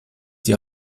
die